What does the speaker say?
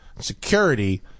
Security